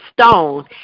stone